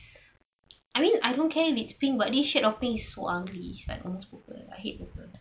I mean I don't care if it's pink but this sheet of pink is so ugly is like almost purple I hate purple